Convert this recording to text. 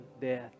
death